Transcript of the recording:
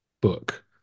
book